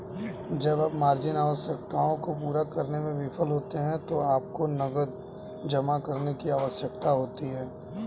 जब आप मार्जिन आवश्यकताओं को पूरा करने में विफल होते हैं तो आपको नकद जमा करने की आवश्यकता होती है